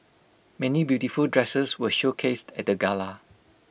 many beautiful dresses were showcased at the gala